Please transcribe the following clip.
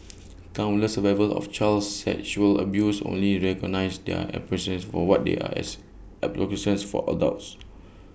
countless survivors of child sexual abuse only recognise their experiences for what they are as adolescents for adults